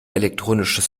elektronisches